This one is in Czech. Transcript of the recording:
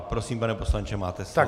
Prosím, pane poslanče, máte slovo.